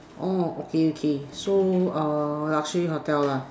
orh okay okay so uh luxury hotel lah